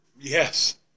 Yes